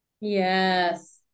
Yes